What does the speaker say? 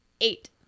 Eight